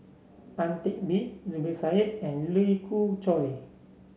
Ang Teck Bee Zubir Said and Lee Khoon Choy